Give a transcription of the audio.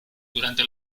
durante